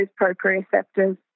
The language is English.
proprioceptors